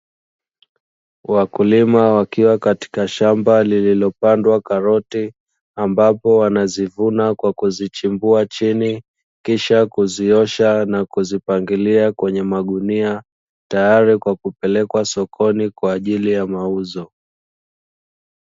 Wakulima wakiwa katika shamba lililopandwa karoti, ambapo wanazivuna kwa kuzichimbua chini kisha kuziosha na kuzipangilia kwenye magunia, tayari kwa kupelekwa sokoni kwa ajili ya mauzo.